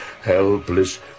helpless